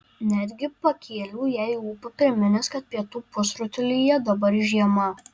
netgi pakėliau jai ūpą priminęs kad pietų pusrutulyje dabar žiema